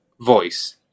voice